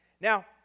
Now